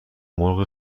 مرغ